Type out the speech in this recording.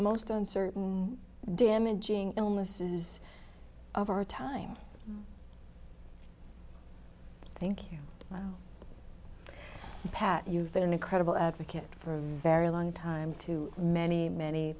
most uncertain damaging illnesses of our time thank you pat you've been an incredible advocate for a very long time to many many